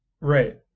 Right